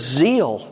zeal